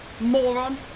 Moron